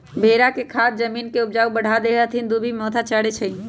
भेड़ा के खाद जमीन के ऊपजा बढ़ा देहइ आ इ दुभि मोथा चरै छइ